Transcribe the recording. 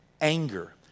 anger